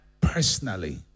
personally